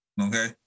Okay